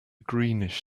greenish